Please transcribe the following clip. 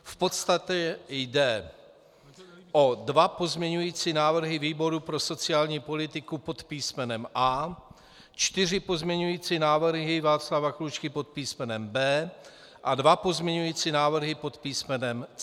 V podstatě jde o dva pozměňující návrhy výboru pro sociální politiku pod písmenem A, čtyři pozměňující návrhy Václava Klučky pod písmenem B a dva pozměňující návrhy pod písmenem C.